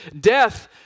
Death